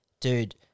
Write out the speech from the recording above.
Dude